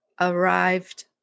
arrived